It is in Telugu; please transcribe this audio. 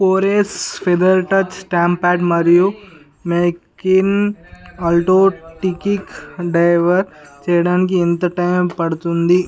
Kores feather touch stamp pad మరియు McCain aloo tikkis deliver చేయడానికి ఎంత టైమ్ పడుతుంది